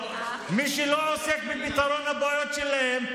מי שלא עוסק בפתרון הבעיות שלהם,